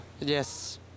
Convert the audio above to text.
Yes